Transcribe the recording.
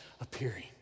appearing